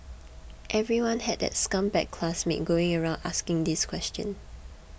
everyone had that scumbag classmate going around asking this question